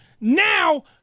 Now